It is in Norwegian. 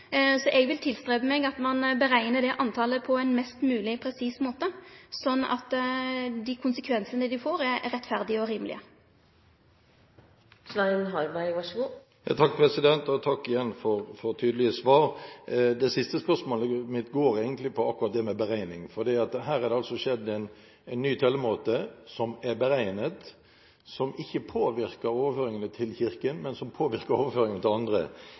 vil arbeide for at ein reknar ut det talet på ein mest mogleg presis måte, sånn at dei konsekvensane det får, er rettferdige og rimelege. Takk igjen for tydelige svar. Det siste spørsmålet mitt går egentlig på akkurat det med beregning, for her har det kommet en ny tellemåte som er beregnet, som ikke påvirker overføringene til Kirken, men som påvirker overføringene til andre.